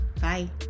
bye